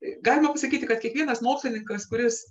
galima sakyti kad kiekvienas mokslininkas kuris